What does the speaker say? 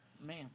Man